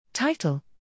Title